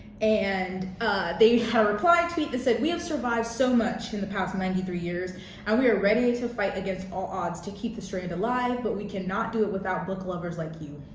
and ah they had a reply tweet that said we have survived so much in the past ninety three years and we are ready to fight against all odds to keep the strand alive, but we cannot do it without book lovers like you.